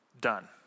done